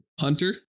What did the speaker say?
Hunter